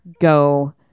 go